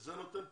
זה נותן פתרון,